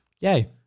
yay